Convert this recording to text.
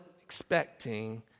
expecting